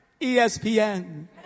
ESPN